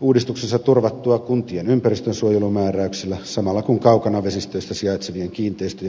uudistuksessa turvattua kuntien ympäristönsuojelumääräyksillä samalla kun kaukana vesistöistä sijaitsevien kiinteistöjen puhdistusvaatimuksia kohtuullistetaan